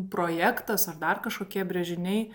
projektas ar dar kažkokie brėžiniai